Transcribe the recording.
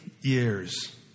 years